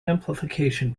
amplification